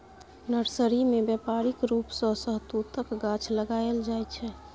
nursery मे बेपारिक रुप सँ शहतुतक गाछ लगाएल जाइ छै